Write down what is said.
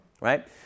right